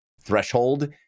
threshold